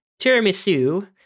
Tiramisu